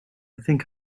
think